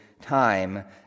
time